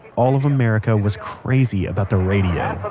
all of america was crazy about the radio